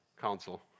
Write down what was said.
council